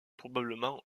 probablement